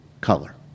color